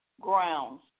grounds